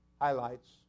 highlights